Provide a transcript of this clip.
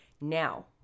Now